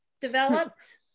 developed